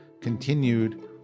continued